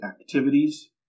activities